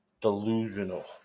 delusional